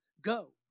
go